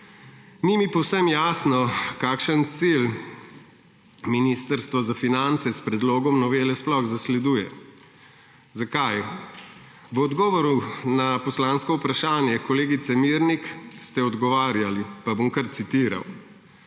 Ni mi povsem jasno, kakšen cilj Ministrstvo za finance s predlogom novele sploh zasleduje. Zakaj? V odgovoru na poslansko vprašanje kolegice Mirnik ste odgovarjali, pa bom kar citiral: